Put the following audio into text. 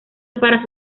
para